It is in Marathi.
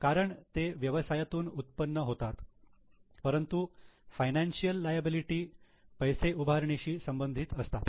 कारण ते व्यवसायातून उत्पन्न होतात परंतु फायनान्शियल लायबिलिटी पैसे उभारणीशी संबंधित असतात